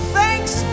Thanks